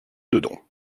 dedans